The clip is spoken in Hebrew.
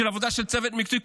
של עבודה של צוות מקצועי,